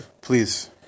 Please